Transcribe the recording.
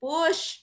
Push